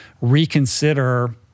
reconsider